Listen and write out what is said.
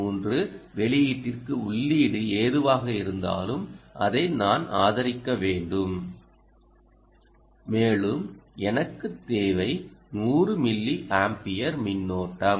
3 வெளியீட்டிற்கு உள்ளீடு எதுவாக இருந்தாலும் அதை நான் ஆதரிக்க வேண்டும் மேலும் எனக்கு தேவை 100 மில்லி ஆம்பியர் மின்னோட்டம்